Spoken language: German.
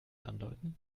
andeuten